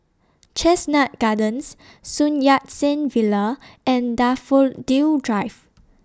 Chestnut Gardens Sun Yat Sen Villa and Daffodil Drive